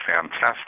fantastic